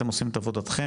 אתם עושים את עבודתכם,